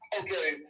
Okay